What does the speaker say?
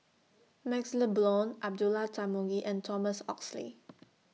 MaxLe Blond Abdullah Tarmugi and Thomas Oxley